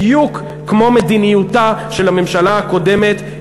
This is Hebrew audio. בדיוק כמו מדיניותה של הממשלה הקודמת,